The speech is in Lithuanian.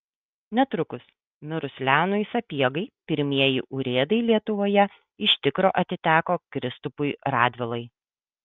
netrukus mirus leonui sapiegai pirmieji urėdai lietuvoje iš tikro atiteko kristupui radvilai